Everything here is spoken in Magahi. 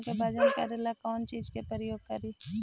धान के बजन करे लगी कौन चिज के प्रयोग करि?